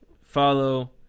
follow